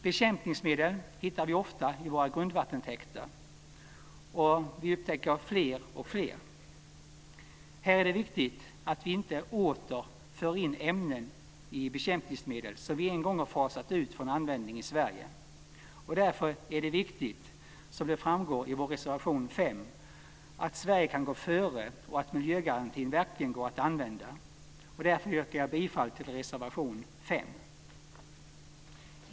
Bekämpningsmedel hittar vi ofta i våra grundvattentäkter, och vi upptäcker fler och fler. Här är det viktigt att vi inte åter för in ämnen i bekämpningsmedel som vi en gång har fasat ut från användning i Sverige. Därför är det viktigt att Sverige, som framgår av reservation 5, kan gå före och att miljögarantin verkligen går att använda. Därför yrkar jag bifall till reservation 5.